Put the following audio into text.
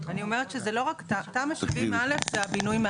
והסיבות שבגינן לא עשינו,